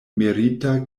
merita